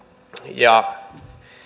ja